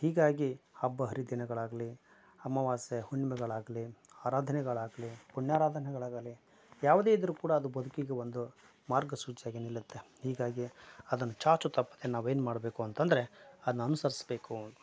ಹೀಗಾಗಿ ಹಬ್ಬ ಹರಿದಿನಗಳಾಗಲಿ ಅಮಾವಾಸೆ ಹುಣ್ಮೆಗಳಾಗಲಿ ಆರಾಧಗಳಾಗಲಿ ಪುಣ್ಯಾರಾಧನೆಗಳಗಲಿ ಯಾವುದೇ ಇದ್ದರೂ ಕೂಡ ಅದು ಬದುಕಿಗೆ ಒಂದು ಮಾರ್ಗಸೂಚಿಯಾಗಿ ನಿಲ್ಲುತ್ತೆ ಹೀಗಾಗಿ ಅದನ್ನ ಚಾಚು ತಪ್ಪದೇ ನಾವೇನು ಮಾಡಬೇಕು ಅಂತಂದರೆ ಅದನ್ನ ಅನುಸರಿಸ್ಬೇಕು